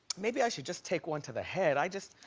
maybe i should just take one to the head. i just.